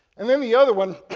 and then the other one,